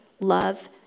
love